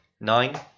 Nine